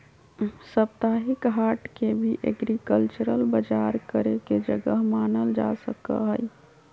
साप्ताहिक हाट के भी एग्रीकल्चरल बजार करे के जगह मानल जा सका हई